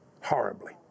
horribly